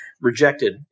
rejected